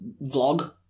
vlog